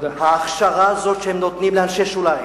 ההכשרה הזאת שהם נותנים לאנשי שוליים,